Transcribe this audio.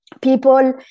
people